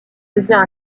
devient